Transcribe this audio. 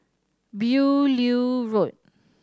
Beaulieu Road